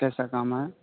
کیسا کام ہے